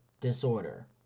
disorder